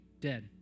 dead